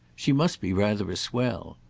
she must be rather a swell.